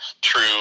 true